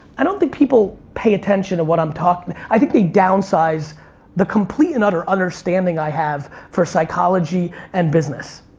i don't think people pay attention to what i'm talking, i think they downsize the complete and utter understanding i have for psychology and business.